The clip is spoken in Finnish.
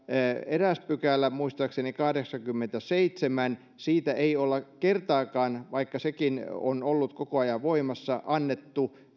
eräästä pykälästä muistaakseni kahdeksannestakymmenennestäseitsemännestä pykälästä ei olla kertaakaan vaikka sekin on ollut koko ajan voimassa annettu